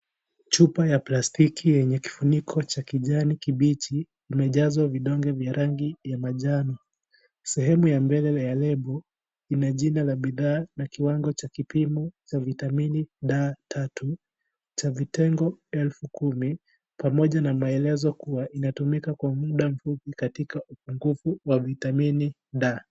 Chupa ya plastiki yenye kifuniko cha kijani kibichi imejazwa vidonge vya rangi ya manjano. Sehemu ya mbele ya lebo ina jina la bidhaa na kiwango cha kipimo cha vitamini 3 vitengo 10,000 pamoja na maelezo kuwa inatumika kwa muda mfupi katika upungufu wa vitamini D.